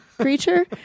creature